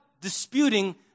disputing